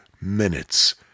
minutes